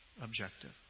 objective